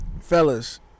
Fellas